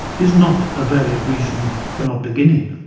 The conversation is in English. is not a valid reason for not beginning.